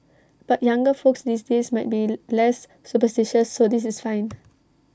but younger folks these days might be less superstitious so this is fine